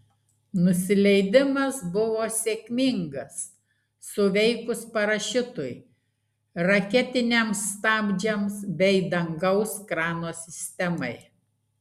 nusileidimas buvo sėkmingas suveikus parašiutui raketiniams stabdžiams bei dangaus krano sistemai